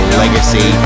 legacy